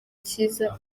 cyiza